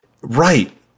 Right